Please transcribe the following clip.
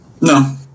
No